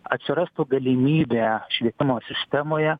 atsirastų galimybė švietimo sistemoje